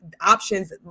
options